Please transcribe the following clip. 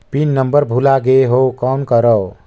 Pin number भुला गयें हो कौन करव?